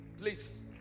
Please